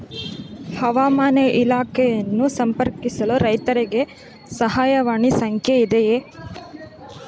ಹವಾಮಾನ ಇಲಾಖೆಯನ್ನು ಸಂಪರ್ಕಿಸಲು ರೈತರಿಗೆ ಸಹಾಯವಾಣಿ ಸಂಖ್ಯೆ ಇದೆಯೇ?